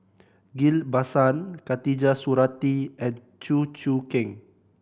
Ghillie Basan Khatijah Surattee and Chew Choo Keng